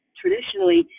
traditionally